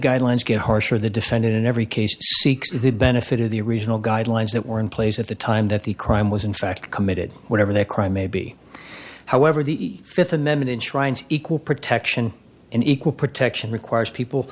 guidelines get harsher the defendant in every case seeks the benefit of the original guidelines that were in place at the time that the crime was in fact committed whatever their crime may be however the fifth amendment enshrines equal protection and equal protection requires people